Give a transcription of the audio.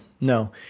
no